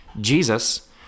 Jesus